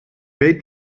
weet